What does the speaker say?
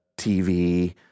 TV